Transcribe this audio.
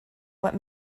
what